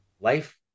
Life